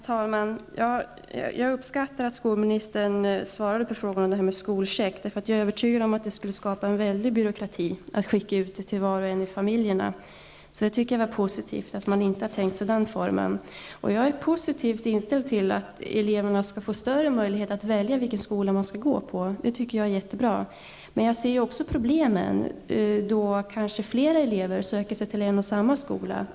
Herr talman! Jag uppskattar att skolministern svarade på frågan om skolchecken. Jag är nämligen övertygad om att det skulle skapa en väldig byråkrati att skicka ut en sådan till var och en i familjerna. Det var därför positivt att man inte har tänkt sig den formen. Jag är positivt inställd till att eleverna skall få större möjligheter att välja vilken skola de vill gå i. Det tycker jag är jättebra. Men jag ser också problemen som uppstår om fler elever söker sig till en och samma skola.